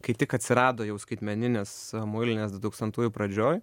kai tik atsirado jau skaitmeninės muilinės dutūkstantųjų pradžioj